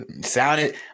sounded